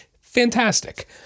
Fantastic